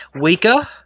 weaker